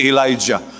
Elijah